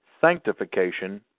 sanctification